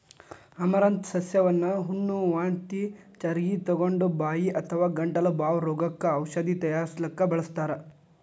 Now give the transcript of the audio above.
amaranth ಸಸ್ಯವನ್ನ ಹುಣ್ಣ, ವಾಂತಿ ಚರಗಿತೊಗೊಂಡ, ಬಾಯಿ ಅಥವಾ ಗಂಟಲ ಬಾವ್ ರೋಗಕ್ಕ ಔಷಧ ತಯಾರಿಸಲಿಕ್ಕೆ ಬಳಸ್ತಾರ್